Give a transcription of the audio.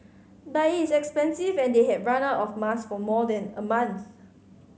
but it is expensive and they had run out of masks for more than a month